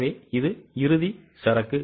எனவே இது இறுதி சரக்கு